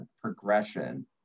progression